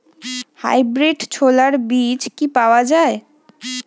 Hybrid ছোলার বীজ কি পাওয়া য়ায়?